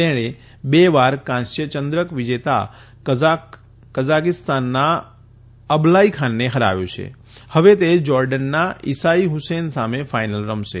તેણે બે વાર કાંસ્યચંદ્રક વિજેતા કઝાખસ્તાનના અબલાઇખાનને હરાવ્યો છે હવે તે જોર્ડનના ઇશાઇહ હુસેન સામે ફાઇનલ રમશે